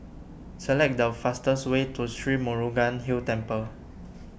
select the fastest way to Sri Murugan Hill Temple